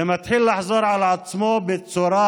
זה מתחיל לחזור על עצמו בצורה